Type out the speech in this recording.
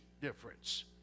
difference